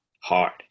hard